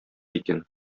икән